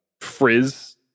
frizz